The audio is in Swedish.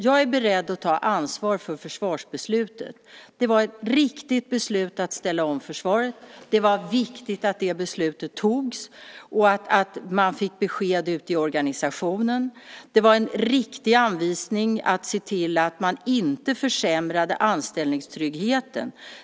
Jag är beredd att ta ansvar för försvarsbeslutet. Det var ett riktigt beslut att ställa om försvaret. Det var viktigt att det beslutet togs och att man fick besked ute i organisationen. Det var en riktig anvisning att se till att man inte försämrade anställningstryggheten.